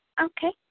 Okay